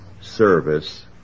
service